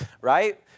right